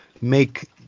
make